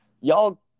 y'all –